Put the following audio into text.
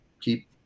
keep